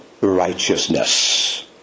righteousness